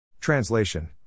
Translation